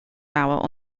hour